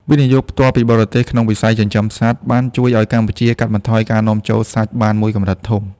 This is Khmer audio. វិនិយោគផ្ទាល់ពីបរទេស ក្នុងវិស័យចិញ្ចឹមសត្វ បានជួយឱ្យកម្ពុជាកាត់បន្ថយការនាំចូលសាច់បានមួយកម្រិតធំ។